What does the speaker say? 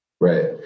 Right